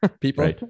people